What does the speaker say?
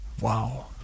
Wow